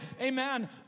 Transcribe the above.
Amen